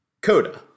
Coda